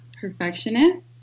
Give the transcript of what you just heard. perfectionist